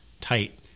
tight